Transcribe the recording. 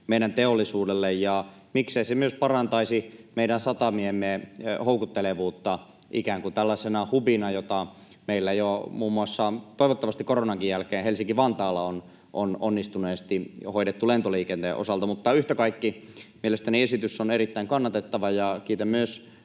meidän teollisuudelle, ja miksei se myös parantaisi meidän satamiemme houkuttelevuutta ikään kuin tällaisena hubina, jota meillä jo muun muassa — toivottavasti koronankin jälkeen — Helsinki-Vantaalla on onnistuneesti hoidettu lentoliikenteen osalta. Mutta yhtä kaikki, mielestäni esitys on erittäin kannatettava. Kiitän myös